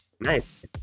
Nice